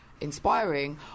inspiring